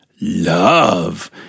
love